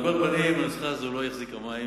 על כל פנים, הנוסחה הזו לא החזיקה מים